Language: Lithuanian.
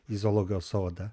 į zoologijos sodą